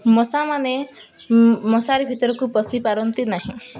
ମଶାମାନେ ମଶାରୀ ଭିତରକୁ ପଶି ପାରନ୍ତି ନାହିଁ